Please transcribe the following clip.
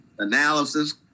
analysis